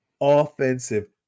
offensive